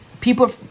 People